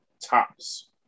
tops